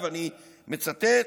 ואני מצטט: